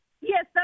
Yes